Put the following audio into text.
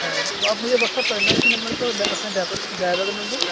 ہاں تو آپ مجھے واٹسپ کرنا اسی نمبر پہ اور اپنے ڈرائیور کا نمبر